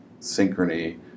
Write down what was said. synchrony